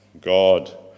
God